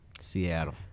Seattle